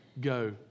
go